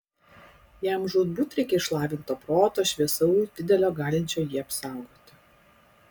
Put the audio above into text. jam žūtbūt reikia išlavinto proto šviesaus didelio galinčio jį apsaugoti